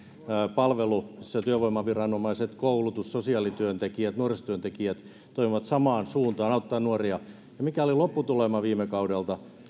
palvelu missä työvoimaviranomaiset koulutus sosiaalityöntekijät nuorisotyöntekijät toimivat samaan suuntaan auttaen nuoria ja mikä oli lopputulema viime kaudelta